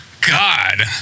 God